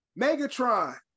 Megatron